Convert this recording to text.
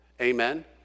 Amen